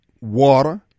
water